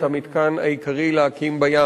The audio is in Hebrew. את המתקן העיקרי להקים בים.